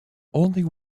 only